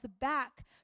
back